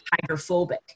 hydrophobic